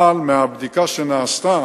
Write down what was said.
אבל מהבדיקה שנעשתה